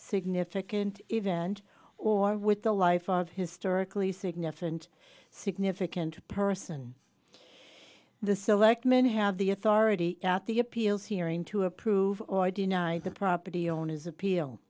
significant event or with the life of historically significant significant person the selectmen have the authority at the appeals hearing to approve or deny the property owner's appeal